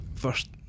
First